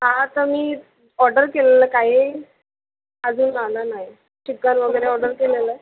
हां तर मी ऑर्डर केलेलं काही अजून आलं नाही चिकन वगैरे ऑर्डर केलेलं